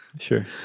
Sure